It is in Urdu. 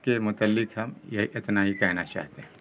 کے متعلق ہم یہ اتنا ہی کہنا چاہتے ہیں